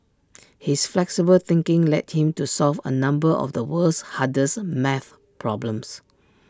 his flexible thinking led him to solve A number of the world's hardest math problems